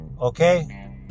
Okay